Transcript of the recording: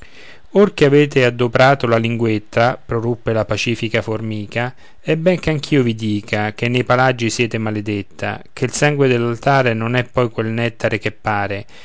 che avete adoprato la linguetta proruppe la pacifica formica è ben che anch'io vi dica che nei palagi siete maledetta che il sangue dell'altare non è poi quel nèttare che pare